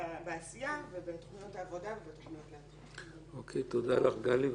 בעשייה ובתחום העבודה --- תודה לך גלי.